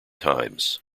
times